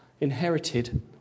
inherited